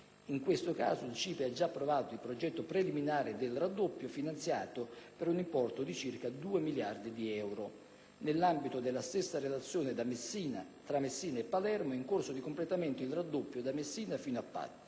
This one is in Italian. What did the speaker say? in questo caso il CIPE ha già approvato il progetto preliminare del raddoppio, finanziato per un importo di circa 2 miliardi di euro. Nell'ambito della stessa relazione tra Messina e Palermo è in corso di completamento il raddoppio da Messina fino a Patti;